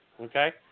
Okay